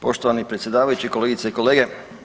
Poštovani predsjedavajući, kolegice i kolege.